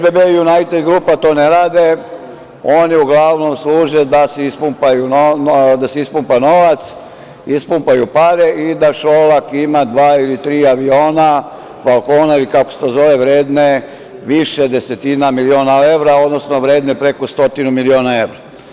To ne radi SBB, „Junajted grupa“ i oni uglavnom služe da se ispumpa novac, ispumpaju pare i da Šolak ima dva ili tri aviona, falkona ili kako se to zove, vredne više desetina miliona evra, odnosno vredne preko stotinu miliona evra.